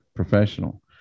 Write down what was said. professional